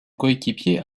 coéquipier